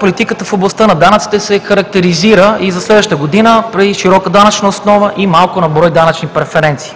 Политиката в областта на данъците се характеризира и за следващата година при широка данъчна основа и малко на брой данъчни преференции.